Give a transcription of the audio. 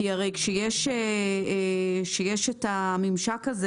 כשיש את הממשק הזה